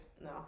No